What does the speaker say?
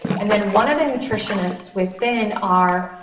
and then one of the nutritionists within our